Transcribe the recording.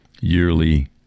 yearly